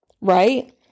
right